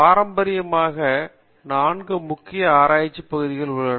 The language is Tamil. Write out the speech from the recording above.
பாரம்பரியமாக நான்கு முக்கிய ஆராய்ச்சி பகுதிகள் உள்ளன